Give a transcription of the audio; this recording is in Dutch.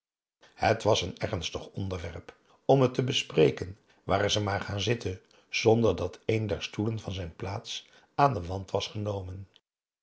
het was een ernstig onderwerp om het te bespreken waren ze maar gaan zitten zonder dat een der stoelen van zijn plaats aan den wand was genomen